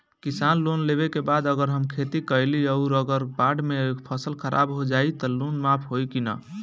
किसान लोन लेबे के बाद अगर हम खेती कैलि अउर अगर बाढ़ मे फसल खराब हो जाई त लोन माफ होई कि न?